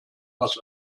was